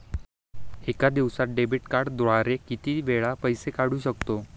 एका दिवसांत डेबिट कार्डद्वारे किती वेळा पैसे काढू शकतो?